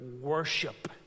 worship